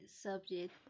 subject